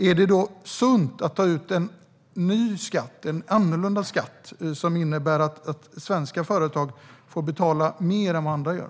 Är det då sunt att ta ut en ny skatt, en annorlunda skatt, som innebär att svenska företag får betala mer än vad andra gör?